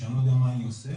שאני לא יודע מה אני עושה.